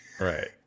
right